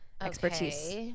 expertise